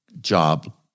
job